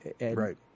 Right